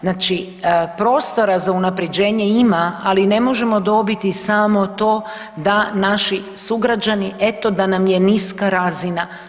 Znači prostora za unapređenje ima, ali ne možemo dobiti samo to da naši sugrađani, eto da nam je niska razina.